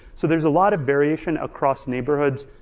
so there's a lot of variation across neighborhoods,